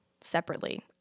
separately